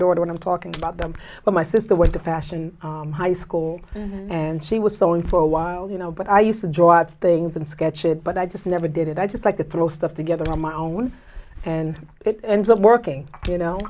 daughter and i'm talking about them but my sister with a passion high school and she was sewing for a while you know but i used to draw out things and sketch it but i just never did it i just like to throw stuff together on my own and it ends up working you know